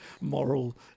moral